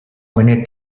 many